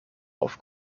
auf